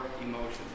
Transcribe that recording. emotions